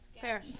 Fair